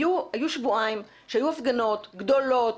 היו שבועיים שהיו הפגנות גדולות,